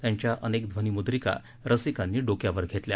त्यांच्या अनेक ध्वनिमुद्रिका रसिकांनी डोक्यावर घेतल्या